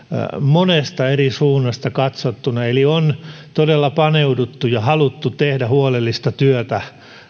monesta eri suunnasta katsottuna eli on todella paneuduttu ja haluttu tehdä huolellista työtä